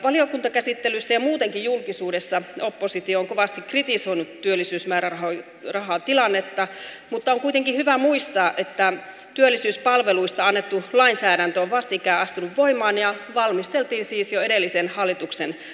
valiokuntakäsittelyssä ja muutenkin julkisuudessa oppositio on kovasti kritisoinut työllisyysmäärärahatilannetta mutta on kuitenkin hyvä muistaa että työllisyyspalveluista annettu lainsäädäntö on vastikään astunut voimaan ja valmisteltiin siis jo edellisen hallituksen toimesta